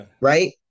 right